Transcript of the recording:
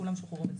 כולם שוחררו מצה"ל,